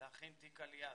להכין תיק עלייה.